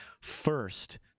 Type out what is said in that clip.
first